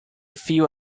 few